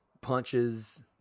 punches